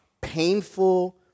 painful